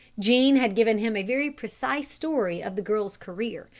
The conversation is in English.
jean had given him a very precise story of the girl's career,